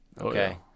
Okay